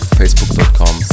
facebook.com